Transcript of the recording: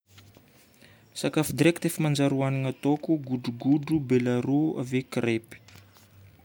Sakafo direct efa manjary hohanigna ataoko: godrogodro, belaroa, ave crèpe.